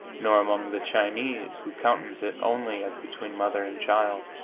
nor among the chinese, who countenance it only as between mother and child.